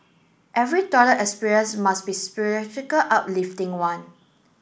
every toilet experience must be uplifting one